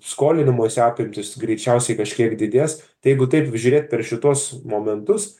skolinimosi apimtys greičiausiai kažkiek didės jeigu taip žiūrėt per šituos momentus